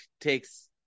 takes